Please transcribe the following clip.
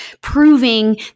proving